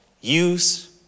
use